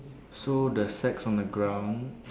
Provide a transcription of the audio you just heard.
so the sacks on the ground